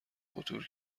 خطور